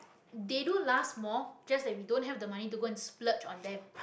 they do last more just that we don't have the money to go and splurge on them